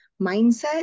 mindset